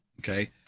Okay